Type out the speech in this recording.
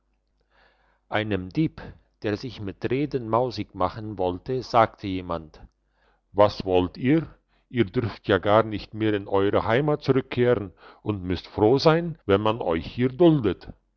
einem dieb der sich mit reden mausig machen wollte sagte jemand was wollt ihr ihr dürft ja gar nicht mehr in eure heimat zurückkehren und müsst froh sein wenn man euch hier duldet